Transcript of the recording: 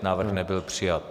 Návrh nebyl přijat.